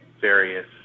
various